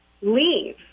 leave